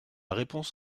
réponse